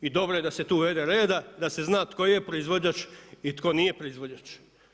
I dobro je da se tu uvede reda i da se zna tko je proizvođač i tko nije proizvođač.